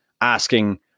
asking